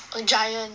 uh Giant